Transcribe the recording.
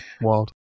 wild